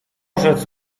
rzec